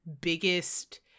biggest